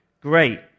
Great